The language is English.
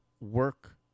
work